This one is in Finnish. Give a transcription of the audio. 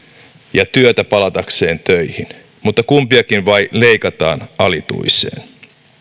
ja työtä palatakseen töihin mutta kumpiakin vain leikataan alituiseen